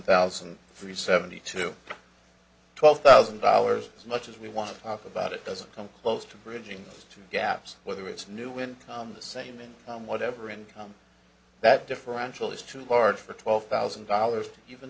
thousand three seventy two twelve thousand dollars as much as we want to talk about it doesn't come close to bridging gaps whether it's new with the same in whatever income that differential is too large for twelve thousand dollars